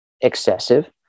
excessive